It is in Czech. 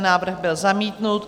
Návrh byl zamítnut.